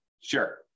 Sure